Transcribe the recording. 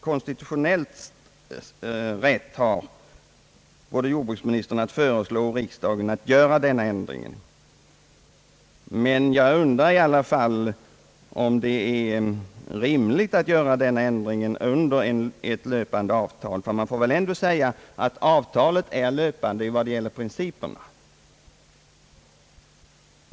Jordbruksministern har konstitutionellt rätt att föreslå riksdagen denna ändring, men jag undrar i alla fall om det är rimligt med hänsyn till de berörda huvudparterna att göra ändringen under löpande avtal — man måste ju säga att avtalet är löpande evad det gäller principerna.